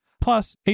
Plus